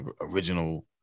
original